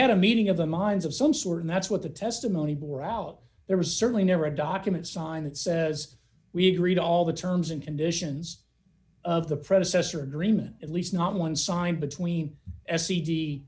had a meeting of the minds of some sort and that's what the testimony bore out there was certainly never a document signed that says we agreed all the terms and conditions of the predecessor agreement at least not one signed between s c d